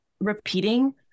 repeating